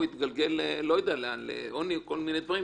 הוא יתגלגל לעוני או כל מיני דברים,